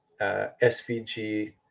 SVG